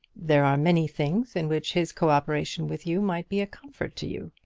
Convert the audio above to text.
there are many things in which his co-operation with you might be a comfort to you.